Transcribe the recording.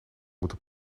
moeten